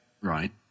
Right